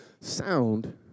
sound